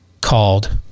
called